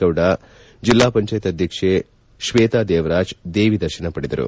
ಗೌಡ ಜಿಲ್ಲಾ ಪಂಚಾಯಿತಿ ಅಧ್ಯಕ್ಷೆ ಶ್ವೇತದೇವರಾಜ್ ದೇವಿ ದರ್ಶನ ಪಡೆದರು